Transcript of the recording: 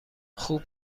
خوب